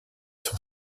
sur